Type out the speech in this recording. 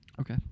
Okay